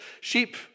Sheep